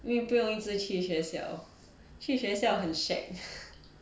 因为不用一直去学校去学校很 shag